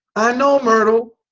i know myrtle.